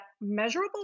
measurable